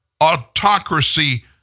autocracy